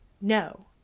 No